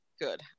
good